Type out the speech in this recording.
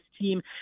team